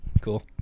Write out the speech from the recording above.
Cool